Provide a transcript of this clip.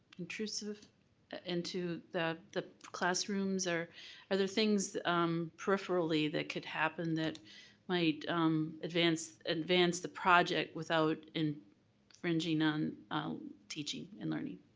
intrusive into the the classrooms? or are there things peripherally that could happen that might advance advance the project without and infringing on teaching and learning?